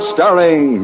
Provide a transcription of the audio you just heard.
Starring